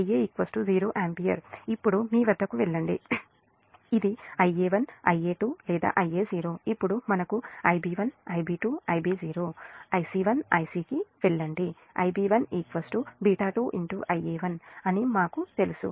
ఇప్పుడు మీ వద్దకు వెళ్ళండి ఇది Ia1 Ia2 లేదా Ia0 ఇప్పుడు మనకు Ib1 Ib2 Ib0 Ic1 Ic కి వెళ్ళండి Ib1 β2 Ia1 అని మాకు తెలుసు